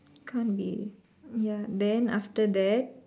can't be ya then after that